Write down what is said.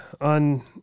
on